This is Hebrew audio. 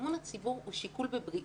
אמון הציבור הוא שיקול בבריאות.